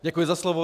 Děkuji za slovo.